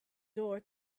door